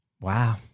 Wow